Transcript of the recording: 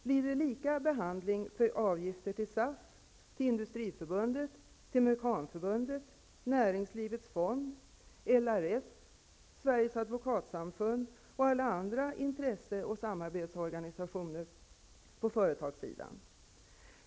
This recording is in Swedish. Blir det lika behandling för avgifter till SAF, Industriförbundet, Sveriges Advokatsamfund och alla andra intresseoch samarbetsorganisationer på företagssidan?